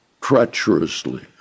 treacherously